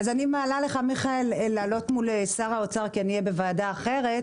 אז אני מעלה לך מיכאל להעלות מול שר האוצר כי אני אהיה בוועדה אחרת,